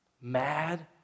mad